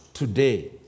Today